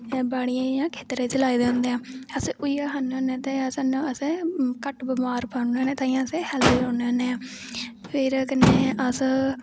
बाड़ियें जां खेत्तरें च लाए दे होंदे नै अस उऐ खन्ने होन्ने त अस घट्ट बमार पौन्ने होन्ने तांईयै अस हैल्दी रौह्ने होन्ने ऐं फिर कन्नै अस